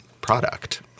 product